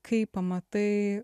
kai pamatai